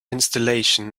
installation